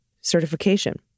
certification